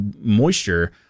moisture